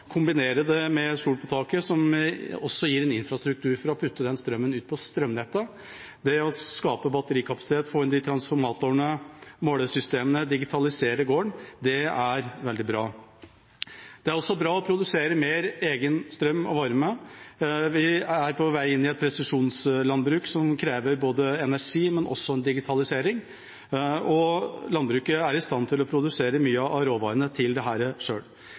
kombinere det med solceller på taket. Det gir en infrastruktur for å sende den strømmen ut på strømnettet. Det å skape batterikapasitet for de transformatorene og målesystemene, og å digitalisere gården, er veldig bra. Det er også bra å produsere mer egen strøm og varme. Vi er på vei inn i et presisjonslandbruk som krever både energi og digitalisering. Landbruket er i stand til å produsere mye av råvarene til